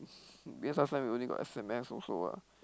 because last time we only got S_M_S also ah